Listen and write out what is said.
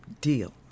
deal